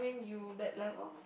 you that level mah